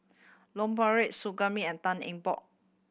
Loh Su Guaning and Tan Eng Bock